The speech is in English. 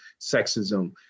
sexism